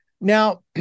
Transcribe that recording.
now